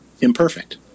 imperfect